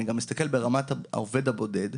אני גם מסתכל ברמת העובד הבודד,